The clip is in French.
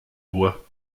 bois